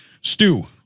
Stew